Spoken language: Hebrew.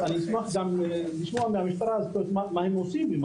אז אני אשמח לשמוע מהמשטרה מה הם עושים עם